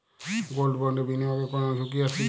Gold বন্ডে বিনিয়োগে কোন ঝুঁকি আছে কি?